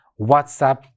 whatsapp